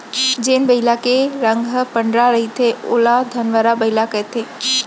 जेन बइला के रंग ह पंडरा रहिथे ओला धंवरा बइला कथें